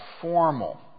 formal